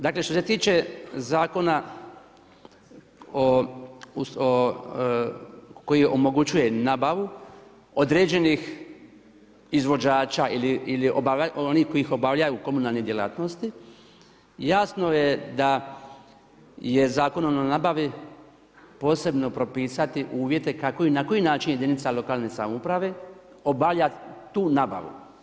Dakle, što se tiče Zakona o koji omogućuje nabavu određenih izvješća ili onih koji ih obavljaju u komunalnoj djelatnosti, jasno nam je da je Zakon o javnoj nabavi, posebno propisati uvjete kako i na koji način jedinica lokalne samouprave, obavlja tu nabavu.